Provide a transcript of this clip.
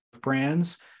brands